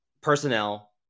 Personnel